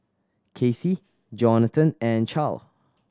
Casey Johnathan and Charle